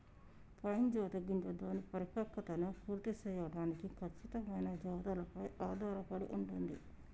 pine జాతి గింజ దాని పరిపక్వతను పూర్తి సేయడానికి ఖచ్చితమైన జాతులపై ఆధారపడి ఉంటుంది